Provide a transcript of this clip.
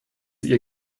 ihr